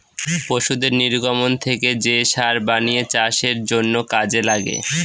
পশুদের নির্গমন থেকে যে সার বানিয়ে চাষের জন্য কাজে লাগে